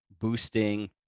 boosting